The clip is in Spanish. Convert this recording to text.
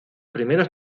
primeros